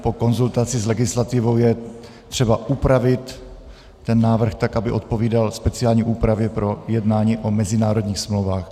Po konzultaci s legislativou je třeba upravit ten návrh tak, aby odpovídal speciální úpravě pro jednání o mezinárodních smlouvách.